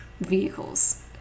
vehicles